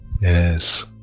Yes